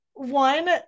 One